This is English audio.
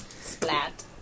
Splat